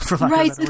Right